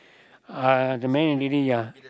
uh the man and lady ya